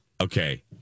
Okay